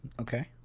Okay